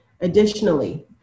Additionally